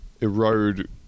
erode